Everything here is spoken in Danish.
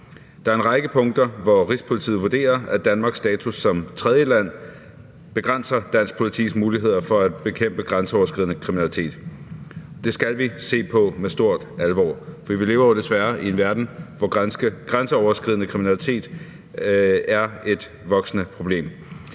Der er en række punkter, hvor Rigspolitiet vurderer, at Danmarks status som tredjeland begrænser dansk politis muligheder for at bekæmpe grænseoverskridende kriminalitet. Det skal vi se på med stor alvor, for vi lever jo desværre i en verden, hvor grænseoverskridende kriminalitet er et voksende problem.